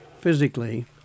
physically